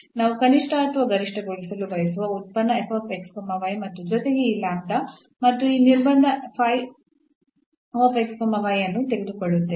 ನಾವು ಕನಿಷ್ಠ ಅಥವಾ ಗರಿಷ್ಠಗೊಳಿಸಲು ಬಯಸುವ ಉತ್ಪನ್ನ ಮತ್ತು ಜೊತೆಗೆ ಈ lambda ಮತ್ತು ಈ ನಿರ್ಬಂಧ ಅನ್ನು ತೆಗೆದುಕೊಳ್ಳುತ್ತೇವೆ